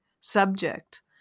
subject